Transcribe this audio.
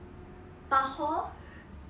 but then hor